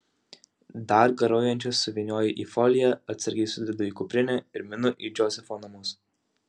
dar garuojančias suvynioju į foliją atsargiai sudedu į kuprinę ir minu į džozefo namus